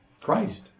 Christ